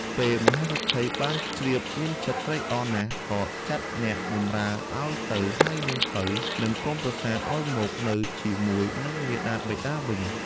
ពេលមហាសេដ្ឋីបានជ្រាបមានចិត្តត្រេកអរណាស់ក៏ចាត់អ្នកបម្រើឲ្យទៅហៅនាងពៅ និងកូនប្រសាឲ្យមកនៅជាមួយនឹងមាតាបិតាវិញ។